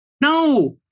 No